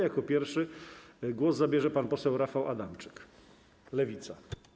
Jako pierwszy głos zabierze pan poseł Rafał Adamczyk, Lewica.